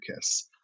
kiss